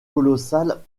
colossale